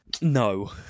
No